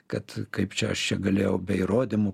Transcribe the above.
kad kaip čia aš čia galėjau be įrodymų